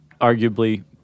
arguably